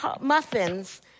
muffins